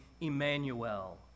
Emmanuel